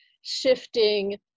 shifting